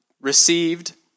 received